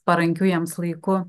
parankiu jiems laiku